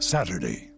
Saturday